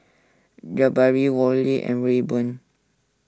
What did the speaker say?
Jabari Worley and Rayburn